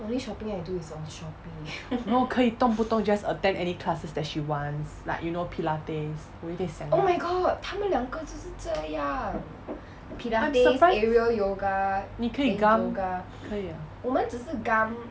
no 可以动不动就 just attend any classes that she wants like you know pilates 我有点想 I'm surprise 你可以 gum 可以啊